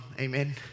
Amen